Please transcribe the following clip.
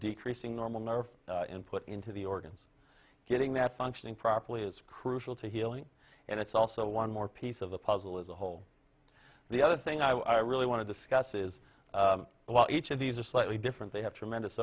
decreasing normal nerve input into the organs getting that functioning properly is crucial to healing and it's also one more piece of the puzzle as a whole the other thing i really want to discuss is what each of these are slightly different they have tremendous